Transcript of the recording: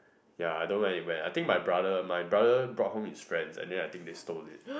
ya I don't know where it went I think my brother my brother brought home his friends and then I think they stole it